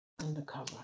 undercover